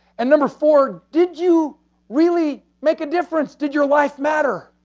and number four. did you really make a difference? did your life matter?